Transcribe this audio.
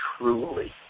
truly